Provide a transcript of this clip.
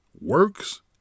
works